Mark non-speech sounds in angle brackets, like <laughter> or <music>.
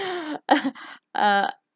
<laughs>